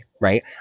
right